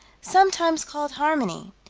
sometimes called harmony,